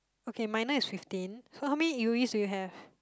okay minor is fifteen so how many U_E's do you have